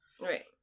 Right